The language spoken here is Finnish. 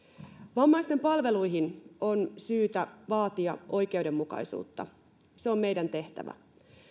vammaisten palveluihin on syytä vaatia oikeudenmukaisuutta se on meidän tehtävämme